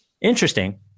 Interesting